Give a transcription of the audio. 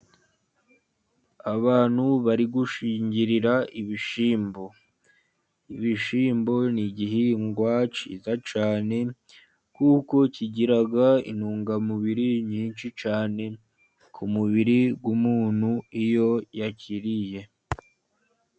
Abantu bari gushingirira ibishyimbo. Ibishyimbo ni igihingwa cyiza cyane, kuko kigira intungamubiri nyinshi cyane ku mubiri w'umuntu, iyo yakiriye.